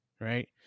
Right